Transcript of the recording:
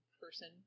person